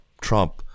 Trump